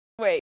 Wait